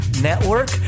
Network